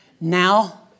Now